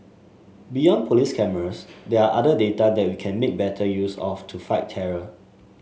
beyond police cameras there are other data that we can make better use of to fight terror